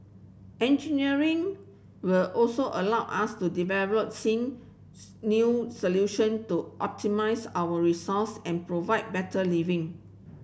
engineering will also allow us to develop seen new solution to optimize our resource and provide better living